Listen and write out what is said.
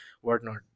whatnot